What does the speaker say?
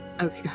Okay